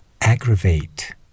aggravate